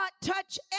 touch